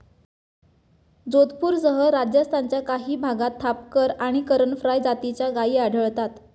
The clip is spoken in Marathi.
जोधपूरसह राजस्थानच्या काही भागात थापरकर आणि करण फ्राय जातीच्या गायी आढळतात